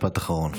משפט אחרון.